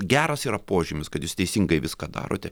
geras yra požymis kad jūs teisingai viską darote